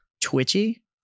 twitchy